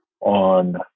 on